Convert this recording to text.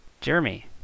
Jeremy